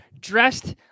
dressed